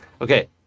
Okay